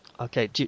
Okay